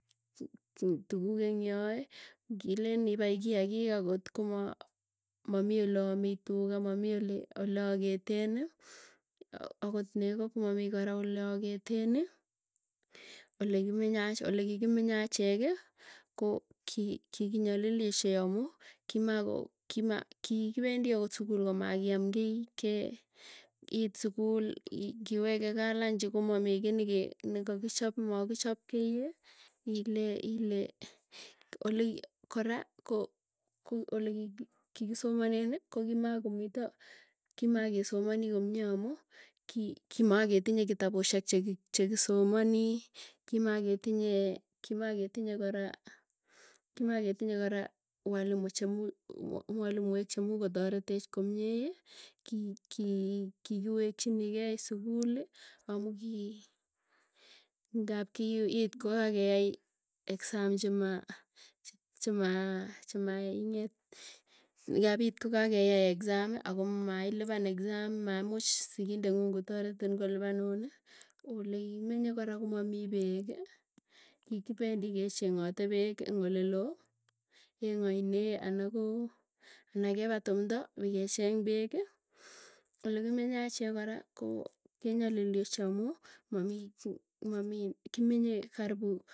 Tuguk eng yoe ngilen ipai kiakiik akot koma mamii oleame tuga, mamii oleageteni akot nego komamii kora oleageteni. Olikikiminye acheki, ko kikinyalili ochei amuu kimako kima kikipendii akot sukul komakiam kiiy. Ke iit sukul ngiweke kaa lunch komamii kiiy neke nekakichop makichopkiiy, ile ile. Kora ko olekikisomaneni kokimakomito kimakesomanii komie amuu kimaketinye kitabusyek, cheki chekisomanii. Kimaketinye kimaketinye kora kimaketinye kora, walimu chumuuc mwalimoek chemuuch kotoretech komiei, ki kii kikiwechinikei sukuli amuu kii ngap ki iit kokakeyai exam chema chemaa chemaing'et. ngapit kokakeyai exam akomailipan exami maimuuch sigindekng'uung kotaretin kolipanun. Oleimenye kora komamii peeki, kikipendi kecheng'ate peek eng oleloo, eng aine anakoo, ana kepaa tumdo pikecheng peeki, olekimenye achek kora koo kenyalili ochei amuu mamii ku mamii kimenye karipu.